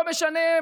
לא משנה,